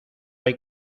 hay